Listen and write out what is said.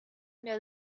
know